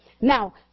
Now